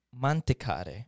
mantecare